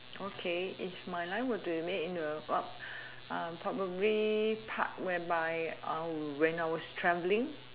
okay if my life were to remain in a what uh probably part whereby uh when I was travelling